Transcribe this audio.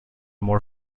more